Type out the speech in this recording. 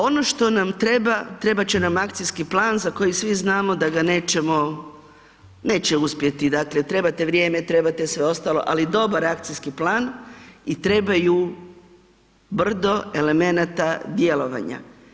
Ono što na treba, trebat će nam akcijski plan za koji svi znamo da ga nećemo, neće uspjeti, dakle trebate vrijeme, trebate sve ostalo, ali dobar akcijski plan i trebaju brdo elemenata djelovanja.